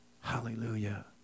Hallelujah